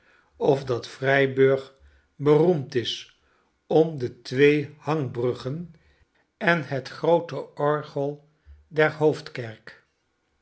of dat freyburg beroemd is om de twee hangbruggen en het groote orgel der hoofdkerk